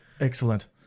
Excellent